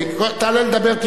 תעלה לדבר.